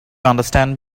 understand